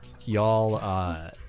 y'all